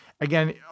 Again